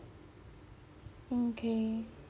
okay